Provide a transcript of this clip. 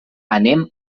anem